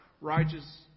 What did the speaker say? righteous